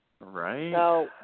right